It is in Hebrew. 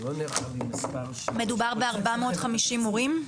זה לא נראה לי מספר --- מדובר ב-450 מורים?